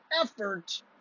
effort